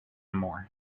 more